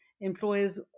employers